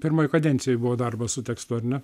pirmoj kadencijoj buvo darbas su tekstu ar ne